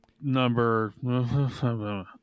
number